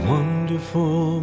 Wonderful